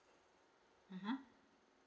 (uh huh)